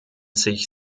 sich